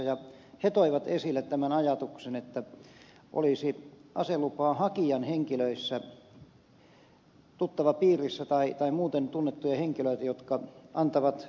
vieraat toivat esille tämän ajatuksen että olisi aselupaa hakevan tuttavapiirissä tai muuten tunnettuja henkilöitä jotka antavat suosituksen